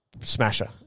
smasher